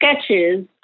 sketches